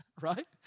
right